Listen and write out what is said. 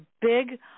big